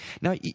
Now